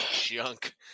junk